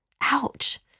Ouch